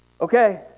okay